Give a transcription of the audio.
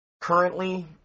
currently